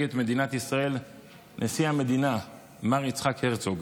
את מדינת ישראל נשיא המדינה מר יצחק הרצוג.